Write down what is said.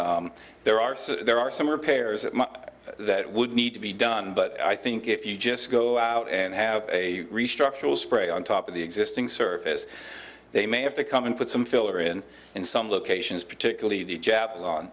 n there are some there are some repairs that that would need to be done but i think if you just go out and have a restructure will spray on top of the existing surface they may have to come and put some filler in in some locations particularly the